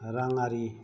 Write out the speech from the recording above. राङारिनि